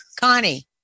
Connie